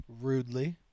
Rudely